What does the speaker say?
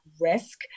risk